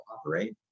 operate